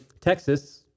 Texas